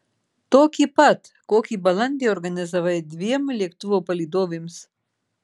tokį pat kokį balandį organizavai dviem lėktuvo palydovėms